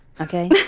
Okay